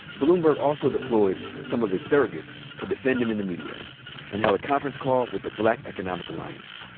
bloomberg also deployed some of his surrogates to defend him in the media and held a conference call with the black economic alliance.